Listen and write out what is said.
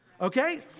Okay